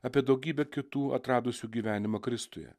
apie daugybę kitų atradusių gyvenimą kristuje